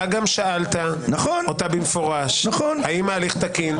אתה שאלת אותה במפורש, האם ההליך תקין.